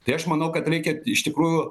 tai aš manau kad reikia iš tikrųjų